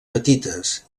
petites